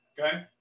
okay